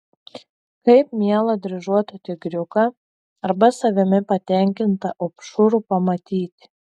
kaip mielą dryžuotą tigriuką arba savimi patenkintą opšrų pamatyti